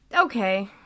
Okay